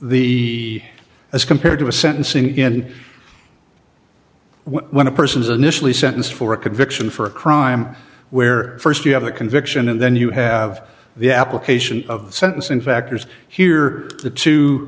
the as compared to a sentencing in when a person is initially sentenced for a conviction for a crime where st you have a conviction and then you have the application of sentencing factors here the t